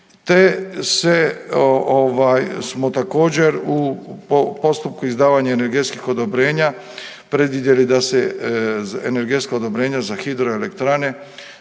smo također, u postupku izdavanja energetskih odobrenja predvidjeli da se energetsko odobrenje za hidroelektrane